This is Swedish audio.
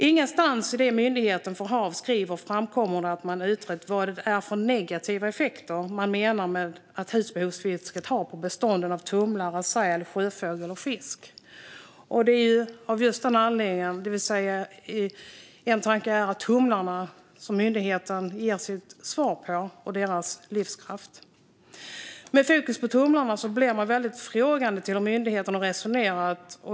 Ingenstans i det myndigheten HaV skriver framkommer det att myndigheten har utrett vilka de negativa effekterna av husbehovsfiske är för bestånden av tumlare, säl, sjöfågel och fisk. Myndigheten baserar sitt svar på livskraften för tumlarna. Med fokus på tumlarna ställer man sig frågande till hur myndigheten har resonerat.